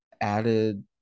added